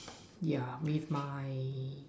yeah with my